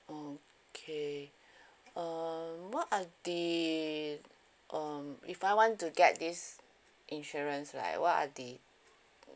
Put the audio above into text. okay uh what are the um if I want to get this insurance like what are the